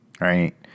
right